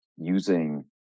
using